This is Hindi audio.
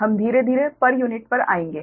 हम धीरे धीरे पर यूनिट पर आएंगे